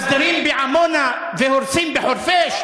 מסדירים בעמונה והורסים בחורפיש?